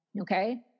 Okay